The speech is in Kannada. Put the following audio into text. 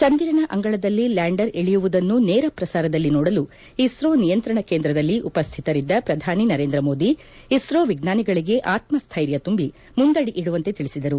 ಚಂದಿರನ ಅಂಗಳದಲ್ಲಿ ಲ್ಕಾಂಡರ್ ಇಳಿಯುವುದನ್ನು ನೇರ ಪ್ರಸಾರದಲ್ಲಿ ನೋಡಲು ಇಸ್ತೋ ನಿಯಂತ್ರಣ ಕೇಂದ್ರದಲ್ಲಿ ಉಪಸ್ಥಿತರಿದ್ದ ಪ್ರಧಾನಿ ನರೇಂದ್ರ ಮೋದಿ ಇಸ್ತೋ ವಿಜ್ಞಾನಿಗಳಿಗೆ ಆತ್ಮ ಸ್ಟೈರ್ಯ ತುಂಬಿ ಮುಂದಡಿ ಇಡುವಂತೆ ತಿಳಿಸಿದರು